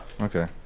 Okay